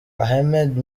ahmed